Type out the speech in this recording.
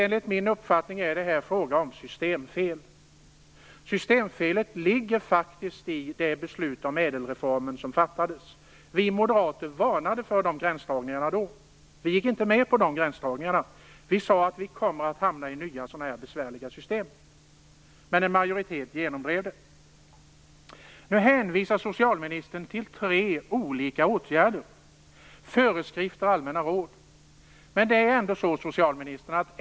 Enligt min uppfattning är detta fråga om systemfel, och det ligger faktiskt i beslutet om ÄDEL reformen. Vi moderater varnade för dessa gränsdragningar och gick inte med på dem. Vi sade att man kommer att hamna i nya besvärliga system. Men en majoritet genomdrev reformen. Nu hänvisar socialministern till tre olika åtgärder, bl.a. till föreskrifter och allmänna råd.